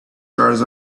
stars